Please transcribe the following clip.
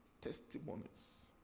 testimonies